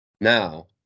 Now